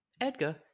Edgar